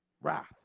Wrath